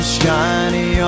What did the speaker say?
shiny